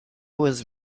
was